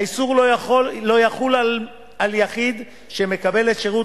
האיסור לא יחול על יחיד שמקבל את שירות